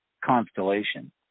constellation